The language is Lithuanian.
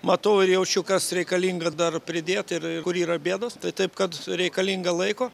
matau ir jaučiu kas reikalinga dar pridėt ir ir kur yra bėdos tai taip kad reikalinga laiko